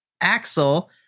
Axel